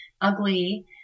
ugly